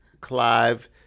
Clive